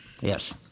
Yes